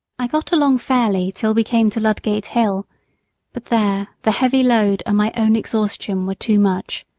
i got along fairly till we came to ludgate hill but there the heavy load and my own exhaustion were too much.